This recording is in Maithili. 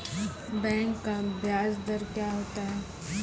बैंक का ब्याज दर क्या होता हैं?